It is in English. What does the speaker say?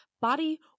body